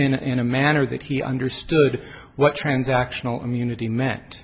real in a manner that he understood what transactional immunity met